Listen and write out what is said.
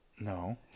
no